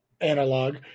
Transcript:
analog